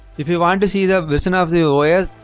if you want to see the vision of the oil